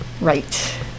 right